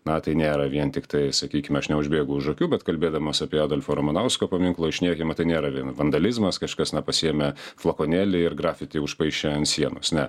na tai nėra vien tiktai sakykime aš neužbėgu už akių bet kalbėdamas apie adolfo ramanausko paminklo išniekinimą tai nėra vien vandalizmas kažkas na pasiėmė flakonėlį ir grafitį užpaišė ant sienos ne